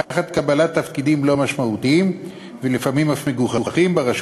תחת קבלת תפקידים לא משמעותיים ולפעמים אף מגוחכים ברשות